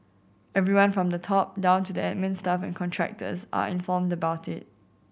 everyone from the top down to the admin staff and contractors are informed about it